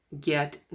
get